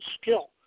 skill